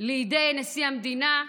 לידי נשיא המדינה,